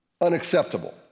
unacceptable